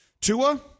Tua